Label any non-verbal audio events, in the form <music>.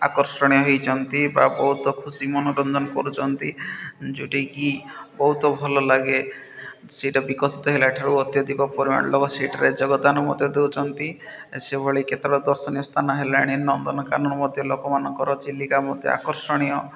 ଆକର୍ଷଣୀୟ ହେଇଛନ୍ତି ବା ବହୁତ ଖୁସି ମନୋରଞ୍ଜନ କରୁଛନ୍ତି ଯେଉଁଟାକି ବହୁତ ଭଲ ଲାଗେ ସେଇଟା ବିକଶିତ ହେଲା ଠାରୁ ଅତ୍ୟଧିକ ପରିମାଣରେ <unintelligible> ସିଟ୍ରେ ଯୋଗଦାନ ମଧ୍ୟ ଦଉଛନ୍ତି ସେଭଳି କେତେବେଳେ ଦର୍ଶନୀୟ ସ୍ଥାନ ହେଲାଣି ନନ୍ଦନକାନନ ମଧ୍ୟ ଲୋକମାନଙ୍କର ଚିଲିକା ମଧ୍ୟ ଆକର୍ଷଣୀୟ